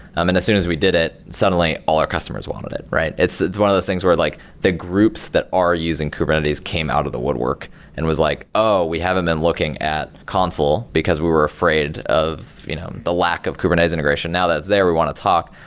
um and as soon as we did it, suddenly all our customers wanted it. it's it's one of those things where like the groups that are using kubernetes came out of the woodwork and was like, oh! we haven't been looking at console because we were afraid of you know the lack of kubernetes integration. now that's there, we want to talk.